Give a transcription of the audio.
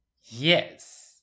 Yes